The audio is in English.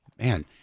man